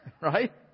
right